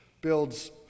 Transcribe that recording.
builds